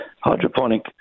hydroponic